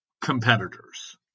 competitors